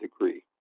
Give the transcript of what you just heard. degree